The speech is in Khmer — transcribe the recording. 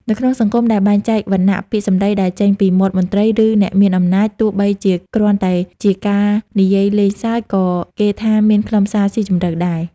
នៅក្នុងសង្គមដែលបែងចែកវណ្ណៈ ពាក្យសម្ដីដែលចេញពីមាត់មន្ត្រី ឬអ្នកមានអំណាច ទោះបីជាគ្រាន់តែជាការនិយាយលេងសើច ក៏គេថាមានខ្លឹមសារស៊ីជម្រៅដែរ ។